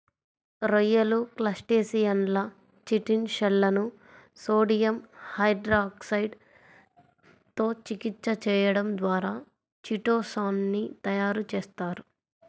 రొయ్యలు, క్రస్టేసియన్ల చిటిన్ షెల్లను సోడియం హైడ్రాక్సైడ్ తో చికిత్స చేయడం ద్వారా చిటో సాన్ ని తయారు చేస్తారు